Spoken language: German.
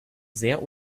sehr